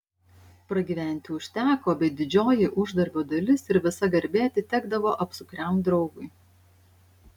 pragyventi užteko bet didžioji uždarbio dalis ir visa garbė atitekdavo apsukriam draugui